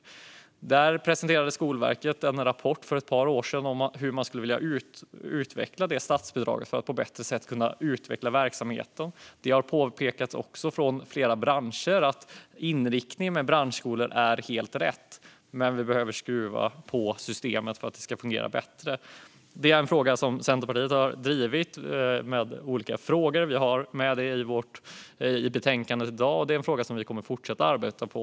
Skolverket presenterade för ett par år sedan en rapport om hur man skulle vilja utveckla det statsbidraget för att på bättre sätt kunna utveckla verksamheten. Det har från flera branscher påpekats att inriktningen med branschskolor är helt rätt men att vi behöver skruva på systemet för att det ska fungera bättre. Detta är en fråga som Centerpartiet har drivit på olika sätt. Vi har med den i betänkandet i dag, och det är en fråga som vi kommer att fortsätta arbeta på.